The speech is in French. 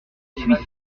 suis